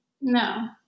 No